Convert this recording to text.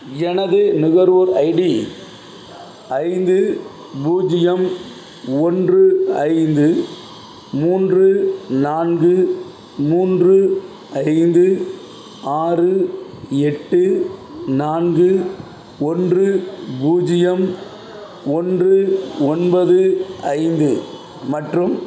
எனது நுகர்வோர் ஐடி ஐந்து பூஜ்ஜியம் ஒன்று ஐந்து மூன்று நான்கு மூன்று ஐந்து ஆறு எட்டு நான்கு ஒன்று பூஜ்ஜியம் ஒன்று ஒன்பது ஐந்து மற்றும்